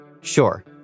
Sure